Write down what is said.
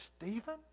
Stephen